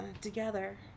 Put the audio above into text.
Together